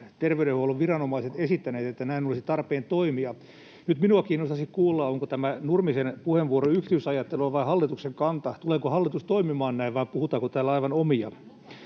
terveydenhuollon viranomaiset kuitenkin esittäneet, että näin olisi tarpeen toimia. Nyt minua kiinnostaisi kuulla, onko tämä Nurmisen puheenvuoro yksityisajattelua vai hallituksen kanta. Tuleeko hallitus toimimaan näin, vai puhutaanko täällä aivan omia?